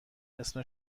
اسم